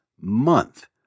month